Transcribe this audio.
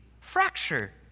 fracture